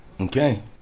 Okay